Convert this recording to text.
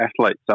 athletes